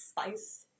spice